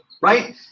Right